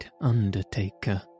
undertaker